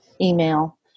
email